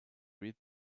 read